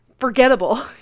Forgettable